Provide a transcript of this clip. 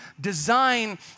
design